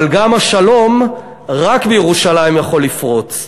אבל גם השלום רק בירושלים יכול לפרוץ.